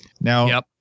Now